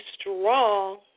strong